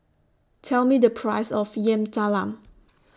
Tell Me The Price of Yam Talam